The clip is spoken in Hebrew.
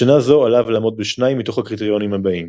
בשנה זו עליו לעמוד בשניים מתוך הקריטריונים הבאים